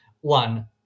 one